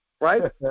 right